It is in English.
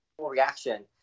reaction